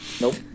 Nope